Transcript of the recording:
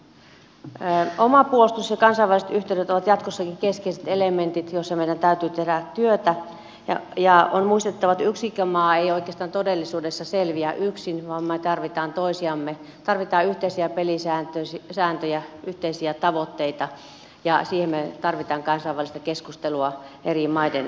oma puolustus ja kansainväliset yhteydet ovat jatkossakin keskeiset elementit joiden osalta meidän täytyy tehdä työtä ja on muistettava että yksikään maa ei oikeastaan todellisuudessa selviä yksin vaan me tarvitsemme toisiamme tarvitsemme yhteisiä pelisääntöjä yhteisiä tavoitteita ja siihen me tarvitsemme kansainvälistä keskustelua eri maiden välillä